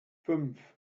fünf